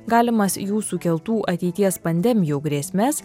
galimas jų sukeltų ateities pandemijų grėsmes